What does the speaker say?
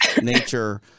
nature